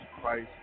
Christ